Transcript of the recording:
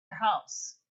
house